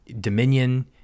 dominion